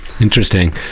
Interesting